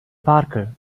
parker